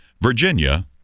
Virginia